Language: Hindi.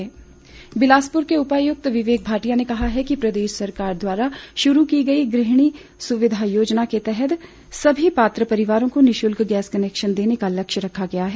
विवेक भाटिया बिलासपुर के उपायुक्त विवेक भाटिया ने कहा है कि प्रदेश सरकार द्वारा शुरू की गई गृहणी सुविधा योजना के तहत सभी पात्र परिवारों को निःशुल्क गैस कनेक्शन देने का लक्ष्य रखा गया है